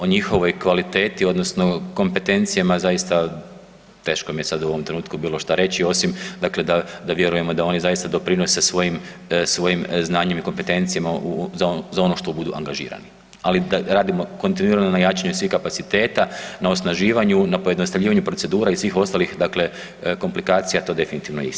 O njihovoj kvaliteti odnosno kompetencijama zaista teško mi je sad u ovom trenutku bilo šta reći osim dakle da vjerujemo da oni zaista doprinose svojim, svojim znanjem i kompetencijama u, za ono što budu angažirani, ali da radimo kontinuirano na jačanju svih kapaciteta, na osnaživanju, na pojednostavljivanju procedura i svih ostalih dakle komplikacija to definitivno je istina.